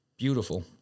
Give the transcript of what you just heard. beautiful